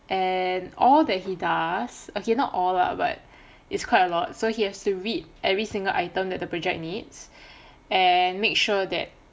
and all that he does okay not all lah but it's quite a lot so he has to read every single item that the project needs and make sure that